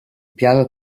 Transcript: piano